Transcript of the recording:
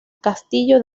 castillo